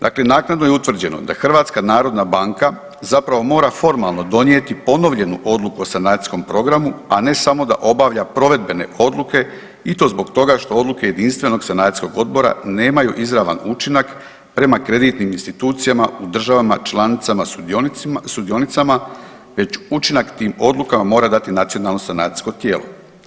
Dakle, naknadno je utvrđeno da HNB zapravo mora formalno donijeti ponovljenu odluku o sanacijskom programu, a ne samo da obavlja provedbene odluke i to zbog toga što odluke Jedinstvenog sanacijskog odbora nemaju izravan učinak prema kreditnim institucijama u državama članicama sudionicama već učinak tim odlukama mora dati nacionalno sanacijsko tijelo.